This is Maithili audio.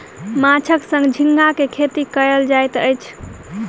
माँछक संग झींगा के खेती कयल जाइत अछि